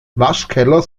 waschkeller